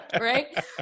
right